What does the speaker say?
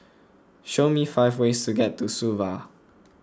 show me five ways to get to Suva